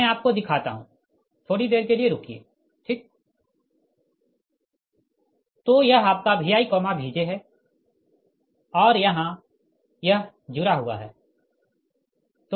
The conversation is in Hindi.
मैं आपको दिखाता हूँ थोड़ी देर के लिए रुकिए ठीक तो यह आपका ViVj है और यह जुड़ा हुआ है